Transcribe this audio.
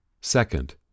Second